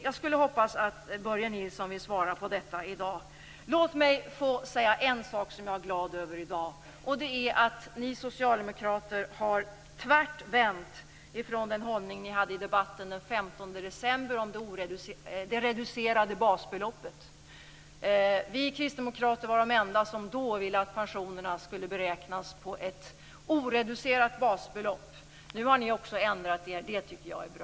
Jag hoppas att Börje Nilsson vill svara på detta i dag. En sak som jag är glad över i dag är att socialdemokraterna tvärt har vänt från den hållning de hade i debatten den 15 december om det reducerade basbeloppet. Vi kristdemokrater var de enda som då ville att pensionerna skulle beräknas på ett oreducerat basbelopp. Nu har ni ändra er. Det tycker jag är bra.